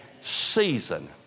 season